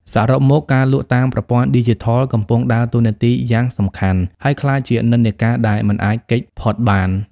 សរុបមក ការលក់តាមប្រព័ន្ធឌីជីថលកំពុងដើរតួនាទីយ៉ាងសំខាន់ ហើយក្លាយជានិន្នាការដែលមិនអាចគេចផុតបាន។